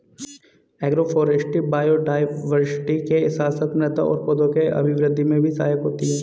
agroforestry biodiversity के साथ साथ मृदा और पौधों के अभिवृद्धि में भी सहायक होती है